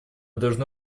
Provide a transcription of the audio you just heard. должны